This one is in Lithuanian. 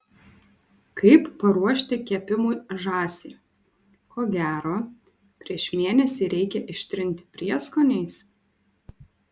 kaip paruošti kepimui žąsį ko gero prieš mėnesį reikia ištrinti prieskoniais